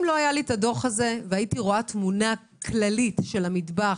אם לא היה לי את הדו"ח הזה והייתי רואה תמונה כללית של המטבח,